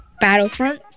Battlefront